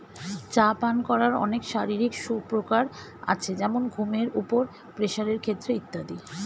চা পান করার অনেক শারীরিক সুপ্রকার আছে যেমন ঘুমের উপর, প্রেসারের ক্ষেত্রে ইত্যাদি